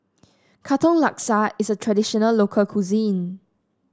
Katong Laksa is a traditional local cuisine